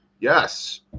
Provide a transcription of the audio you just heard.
Yes